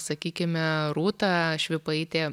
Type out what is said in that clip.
sakykime rūta švipaitė